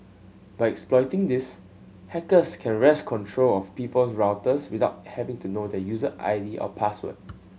by exploiting this hackers can wrest control of people's routers without having to know their user I D or password